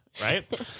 Right